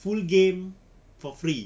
full game for free